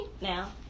now